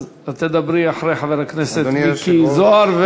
אז את תדברי אחרי חבר הכנסת מיקי זוהר,